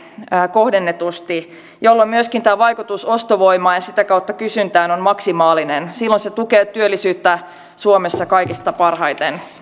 kohdennetusti jolloin myöskin tämä vaikutus ostovoimaan ja sitä kautta kysyntään on maksimaalinen silloin se tukee työllisyyttä suomessa kaikista parhaiten ja